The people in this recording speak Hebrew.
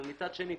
אבל מצד שני,